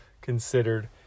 considered